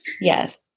Yes